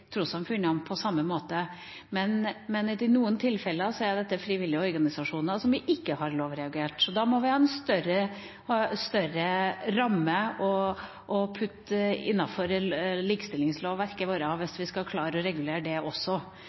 på samme måte. Men i noen tilfeller er dette frivillige organisasjoner som vi ikke har lovregulert, og da må vi ha en større ramme og putte det innenfor likestillingslovverket hvis vi skal klare å regulere det også.